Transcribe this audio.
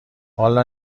والا